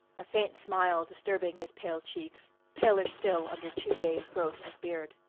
a faint smile disturbing his pale cheeks, paler still under two days' growth of beard.